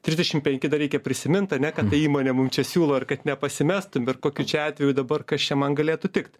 trisdešimt penki dar reikia prisimint ane ką ta įmonė mum čia siūlo ir kad nepasimestum ir kokiu čia atveju dabar kas čia man galėtų tikt